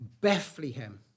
Bethlehem